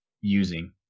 using